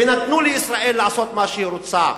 ונתנו לישראל לעשות מה שהיא רוצה.